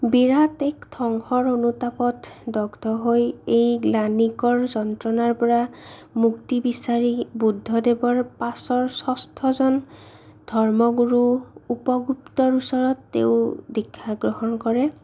বিৰাট এক ধ্বংসৰ অনুতাপত দগ্ধ হৈ এই গ্লাণিকৰ যন্ত্ৰনাৰ পৰা মুক্তি বিচাৰি বুদ্ধ দেৱৰ পাছৰ ষষ্ঠজন ধৰ্মগুৰু উপগুপ্তৰ ওচৰত তেওঁ দীক্ষাগ্ৰহণ কৰে